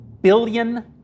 billion